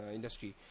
industry